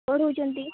ପଢାଉଛନ୍ତି